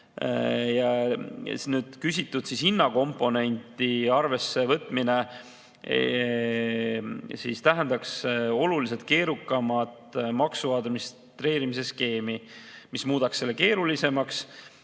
Küsimuses [mainitud] hinnakomponendi arvesse võtmine tähendaks oluliselt keerukamat maksu administreerimise skeemi, mis muudaks selle keerulisemaks